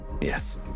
Yes